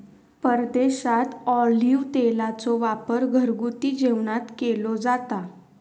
परदेशात ऑलिव्ह तेलाचो वापर घरगुती जेवणात केलो जाता